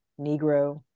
negro